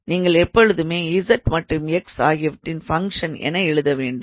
நீங்கள் எப்பொழுதுமே z மற்றும் x ஆகியவற்றின் ஃபங்க்ஷன் என எழுத வேண்டும்